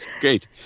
great